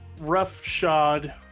roughshod